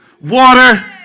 water